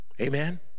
amen